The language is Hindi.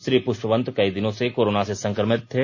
श्री पुष्पवंत कई दिनों से कोरोना से संक्रमित थे